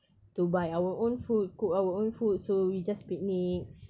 to buy our own food cook our own food so we just picnic